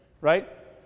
Right